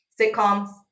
sitcoms